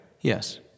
Yes